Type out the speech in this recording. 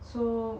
so